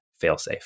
failsafe